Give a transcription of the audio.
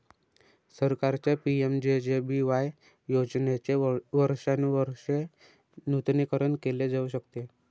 सरकारच्या पि.एम.जे.जे.बी.वाय योजनेचे वर्षानुवर्षे नूतनीकरण केले जाऊ शकते